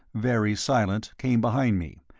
very silent, came behind me,